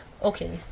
Okay